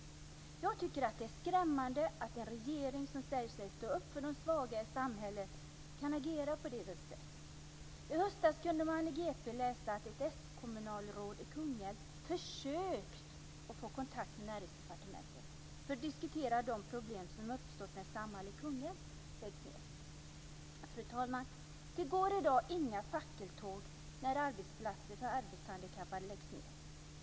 Jag tycker att det är skrämmande att en regering som säger sig stå upp för de svaga i samhället kan agera på det viset. I höstas kunde man i GP läsa att ett skommunalråd i Kungälv försökt få kontakt med Näringsdepartementet för att diskutera de problem som uppstår när Samhall i Kungälv läggs ned. Fru talman! Det går i dag inga fackeltåg när arbetsplatser för arbetshandikappade läggs ned.